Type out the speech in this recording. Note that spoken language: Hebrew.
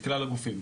כלל הגופים.